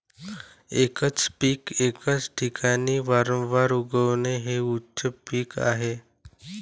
एकच पीक एकाच ठिकाणी वारंवार उगवणे हे उच्च पीक आहे